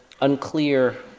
unclear